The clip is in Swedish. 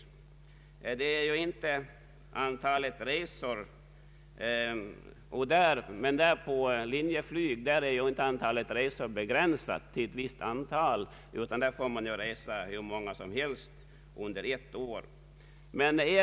På Linjeflyg är dock inte antalet resor begränsat till ett visst antal, utan där får man göra hur många resor som helst under ett år.